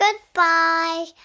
Goodbye